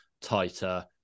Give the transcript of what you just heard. tighter